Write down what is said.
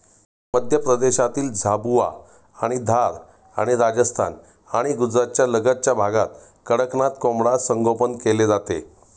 मध्य प्रदेशातील झाबुआ आणि धार आणि राजस्थान आणि गुजरातच्या लगतच्या भागात कडकनाथ कोंबडा संगोपन केले जाते